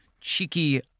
cheeky